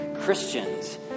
Christians